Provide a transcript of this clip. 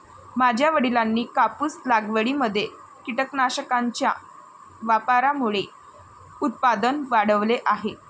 माझ्या वडिलांनी कापूस लागवडीमध्ये कीटकनाशकांच्या वापरामुळे उत्पादन वाढवले आहे